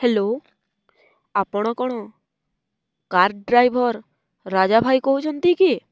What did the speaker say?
hello ଆପଣ କ'ଣ car driver Raja ଭାଇ କହୁଛନ୍ତି କି